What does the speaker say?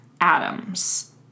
atoms